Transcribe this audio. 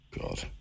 God